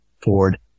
Ford